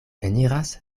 eniras